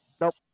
Nope